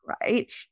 right